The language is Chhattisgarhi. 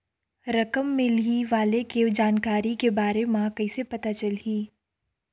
रकम मिलही वाले के जानकारी के बारे मा कइसे पता चलही?